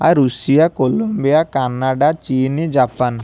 ଆ Russia Colombia Canada ଚୀନ Japan